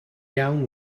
iawn